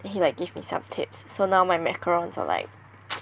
then he like give me some tips so now my macarons are like